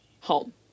home